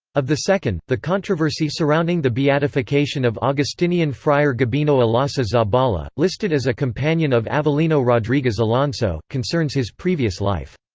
of the second, the controversy surrounding the beatification of augustinian friar gabino olaso zabala, listed as a companion of avelino rodriguez alonso, concerns his previous life.